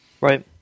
Right